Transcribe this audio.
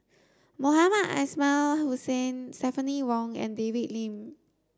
Mohamed Ismail Hussain Stephanie Wong and David Lim